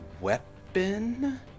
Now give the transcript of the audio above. weapon